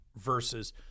versus